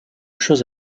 chose